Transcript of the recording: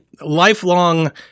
lifelong